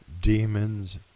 demons